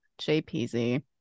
JPZ